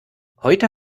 heute